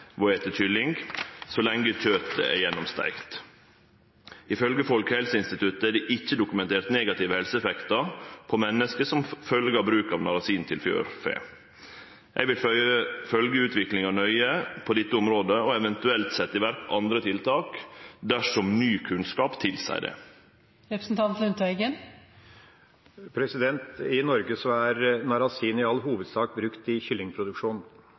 kylling så lenge kjøtet er gjennomsteikt. Ifølgje Folkehelseinstituttet er det ikkje dokumentert negative helseeffektar på menneske som følgje av bruk av narasin til fjørfe. Eg vil følgje utviklinga nøye på dette området og eventuelt setje i verk andre tiltak dersom ny kunnskap tilseier det. I Norge er narasin i all hovedsak brukt i kyllingproduksjon.